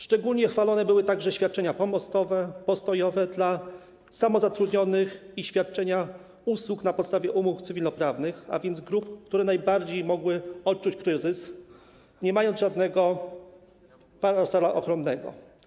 Szczególnie chwalone były także świadczenia pomostowe, postojowe dla samozatrudnionych i świadczących usługi na podstawie umów cywilnoprawnych, a więc kierowane do grup, które najbardziej mogły odczuć kryzys, nie mając żadnego parasola ochronnego.